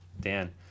Dan